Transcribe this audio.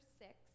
six